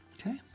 Okay